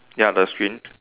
ya the screen